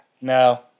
No